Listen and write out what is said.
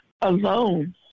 alone